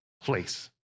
place